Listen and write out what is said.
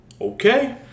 okay